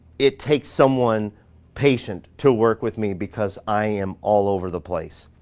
it takes someone patient to work with me because i am all over the place.